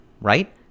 right